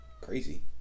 crazy